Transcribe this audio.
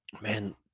man